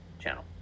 channel